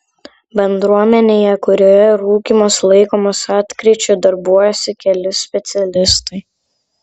bendruomenėje kurioje rūkymas laikomas atkryčiu darbuojasi keli specialistai